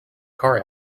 car